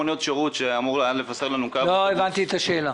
לא הבנתי את השאלה.